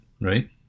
right